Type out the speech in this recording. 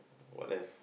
what else